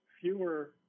fewer